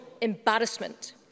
embarrassment